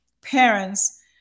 parents